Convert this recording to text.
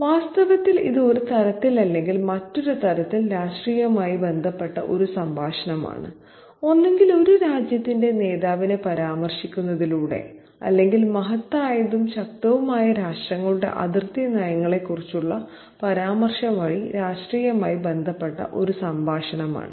വാസ്തവത്തിൽ ഇത് ഒരു തരത്തിലല്ലെങ്കിൽ മറ്റൊരു തരത്തിൽ രാഷ്ട്രീയമായി ബന്ധപ്പെട്ട ഒരു സംഭാഷണമാണ് ഒന്നുകിൽ ഒരു രാജ്യത്തിന്റെ നേതാവിനെ പരാമർശിക്കുന്നതിലൂടെ അല്ലെങ്കിൽ മഹത്തായതും ശക്തവുമായ രാഷ്ട്രങ്ങളുടെ അതിർത്തി നയങ്ങളെക്കുറിച്ചുള്ള പരാമർശം വഴി രാഷ്ട്രീയമായി ബന്ധപ്പെട്ട ഒരു സംഭാഷണമാണ്